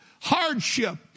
hardship